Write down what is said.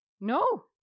No